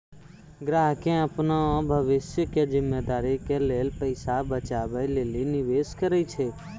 ग्राहकें अपनो भविष्य के जिम्मेदारी के लेल पैसा बचाबै लेली निवेश करै छै